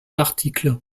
l’article